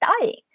dying